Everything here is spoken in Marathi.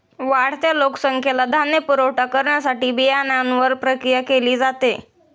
वाढत्या लोकसंख्येला धान्य पुरवठा करण्यासाठी बियाण्यांवर प्रक्रिया केली जाते